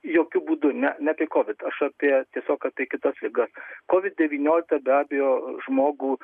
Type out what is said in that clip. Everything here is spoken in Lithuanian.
jokiu būdu ne ne tik kovid aš apie tiesiog apie kitas ligas kevid devyniolika be abejo žmogų